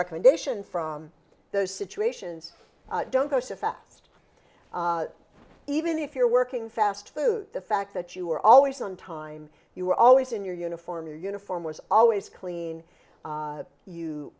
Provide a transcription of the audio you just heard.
recommendation from those situations don't go so fast even if you're working fast food the fact that you were always on time you were always in your uniform your uniform was always clean